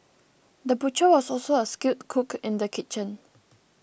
the butcher was also a skilled cook in the kitchen